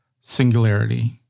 singularity